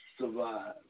survive